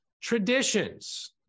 traditions